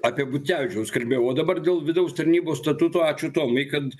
apie butkevičiaus kalbėjau o dabar dėl vidaus tarnybos statuto ačiū tomai kad